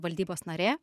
valdybos narė